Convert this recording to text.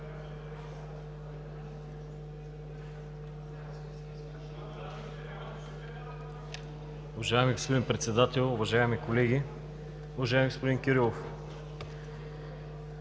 Уважаеми господин Председател, уважаеми колеги, уважаеми господин Кирилов!